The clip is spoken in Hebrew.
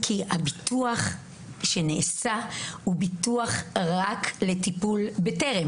הביטוח שנעשה הוא ביטוח רק לטיפול ב-טרם.